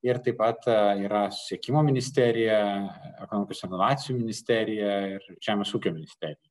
ir taip pat yra susiekimo ministerija ekonomikos inovacijų ministerija ir žemės ūkio ministerija